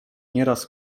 nieraz